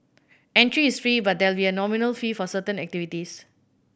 entry is free but there will be a nominal fee for certain activities